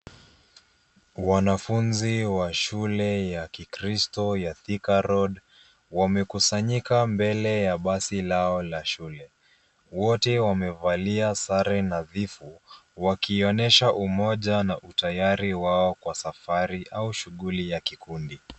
Wanafunzi wa shule ya kikristo ya Thika Road wamekusanyika mbele ya basi lao la shule. Wote wamevalia sare nadhifu wakionyesha umoja na utayari wao kwa safari au shughuli ya kikundi.